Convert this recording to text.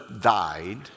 died